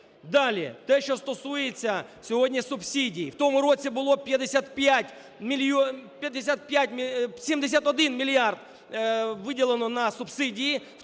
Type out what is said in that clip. Далі. Те, що стосується сьогодні субсидій. В тому році було 55 мільйонів… 71 мільярд виділено на субсидії,